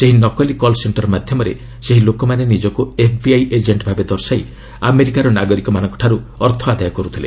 ସେହି ନକଲି call centre ମାଧ୍ୟମରେ ସେହି ଲୋକମାନେ ନିଜକୁ ଏଫ୍ବିଆଇ ଏଜେଣ୍ଟ ଭାବେ ଦର୍ଶାଇ ଆମେରିକାର ନାଗରିକମାନଙ୍କଠାରୁ ଅର୍ଥ ଆଦାୟ କରୁଥିଲେ